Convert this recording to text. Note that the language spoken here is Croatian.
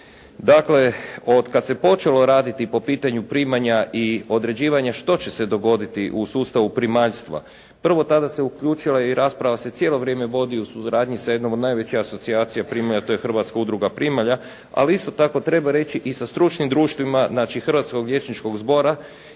Dakle, otkad se počelo raditi po pitanju primalja i određivanja što će se dogoditi u sustavu primaljstva prvo, tada se uključila i rasprava se cijelo vrijeme vodi u suradnji sa jednom od najvećih asocijacija primalja, to je Hrvatska udruga primalja. Ali isto tako treba reći i sa stručnim društvima znači Hrvatskog liječničkog zbora